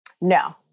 no